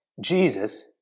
Jesus